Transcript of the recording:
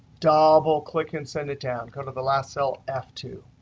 double click and send it down. go to the last cell, f two.